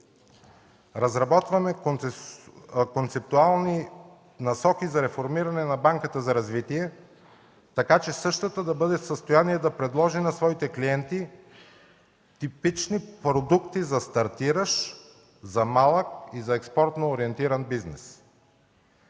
Разработваме концептуални насоки за реформиране на Банката за развитие, така че същата да бъде в състояние да предложи на своите клиенти типични продукти за стартиращ, за малък и за експортно ориентиран бизнес.